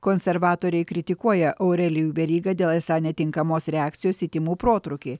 konservatoriai kritikuoja aurelijų verygą dėl esą netinkamos reakcijos į tymų protrūkį